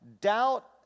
Doubt